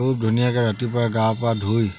খুব ধুনীয়াকৈ ৰাতিপুৱা গা পা ধুই